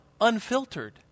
unfiltered